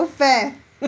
fat